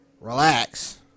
relax